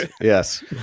Yes